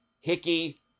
Hickey